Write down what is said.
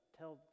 tell